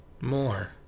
more